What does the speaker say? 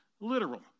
literal